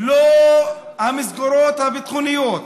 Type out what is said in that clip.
לא המסגרות הביטחוניות,